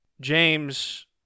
James